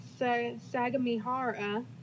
Sagamihara